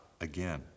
again